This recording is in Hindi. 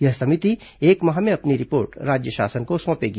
यह समिति एक माह में अपनी रिपोर्ट राज्य शासन को सौंपेगी